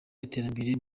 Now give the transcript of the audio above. iterambere